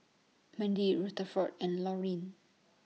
Mandie Rutherford and Laurine